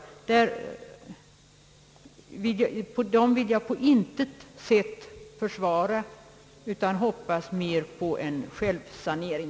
Sådana pressorgan vill jag på intet sätt försvara, utan hoppas mer på en självsanering.